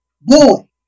Boy